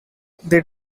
they